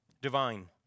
divine